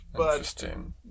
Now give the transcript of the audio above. Interesting